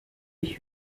ich